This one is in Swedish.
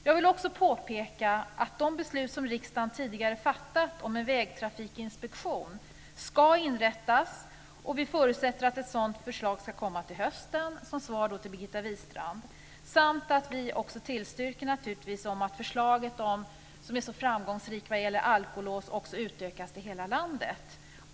Jag vill också påpeka att vi, när det gäller de beslut som riksdagen tidigare har fattat om att en vägrafikinspektion ska inrättas, förutsätter att ett sådant förslag ska komma till hösten - detta som ett svar till Birgitta Wistrand. Dessutom tillstyrker vi naturligtvis förslaget om att verksamheten vad gäller alkolås, som är så framgångsrik, också utökas till hela landet.